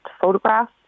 photograph